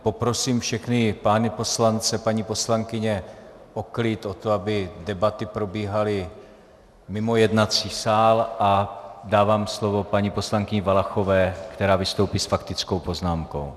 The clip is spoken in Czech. Poprosím všechny pány poslance, paní poslankyně o klid, o to, aby debaty probíhaly mimo jednací sál, a dávám slovo paní poslankyni Valachové, která vystoupí s faktickou poznámkou.